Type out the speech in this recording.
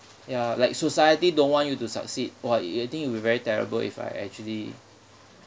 ya like society don't want you to succeed !wah! it I think it'll be very terrible if I actually